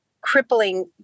crippling